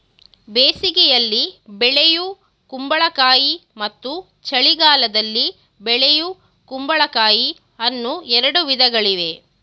ಬೇಸಿಗೆಯಲ್ಲಿ ಬೆಳೆಯೂ ಕುಂಬಳಕಾಯಿ ಮತ್ತು ಚಳಿಗಾಲದಲ್ಲಿ ಬೆಳೆಯೂ ಕುಂಬಳಕಾಯಿ ಅನ್ನೂ ಎರಡು ವಿಧಗಳಿವೆ